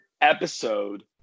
episode